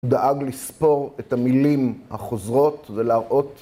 דאג לספור את המילים החוזרות ולהראות...